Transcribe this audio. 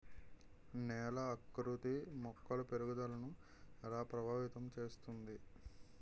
నేల ఆకృతి మొక్కల పెరుగుదలను ఎలా ప్రభావితం చేస్తుంది?